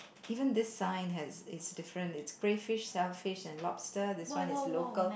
even this sign has it's different it's crayfish shellfish and lobster this one is local